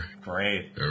Great